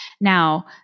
Now